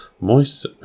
Moist